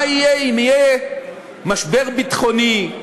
מה יהיה אם יהיה משבר ביטחוני,